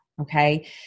Okay